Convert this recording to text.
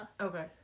Okay